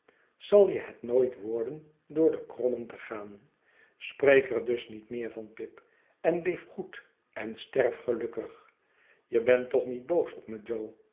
zal je het nooit worden door den krommen te gaan spreek er dus niet meer van pip en leef goed en sterf gelukkig je bent toch niet boos op me jo